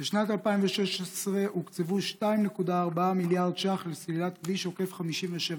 ב-2016 הוקצבו 2.4 מיליארד ש"ח לסלילת כביש עוקף 57 צפון.